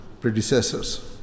predecessors